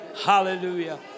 Hallelujah